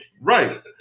Right